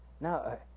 No